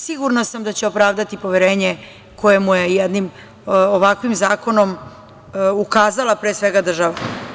Sigurna sam da će opravdati poverenje koje mu je jednim ovakvim zakonom ukazala država.